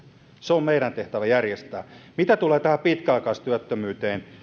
se on meidän tehtävämme järjestää mitä tulee tähän pitkäaikaistyöttömyyteen